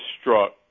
struck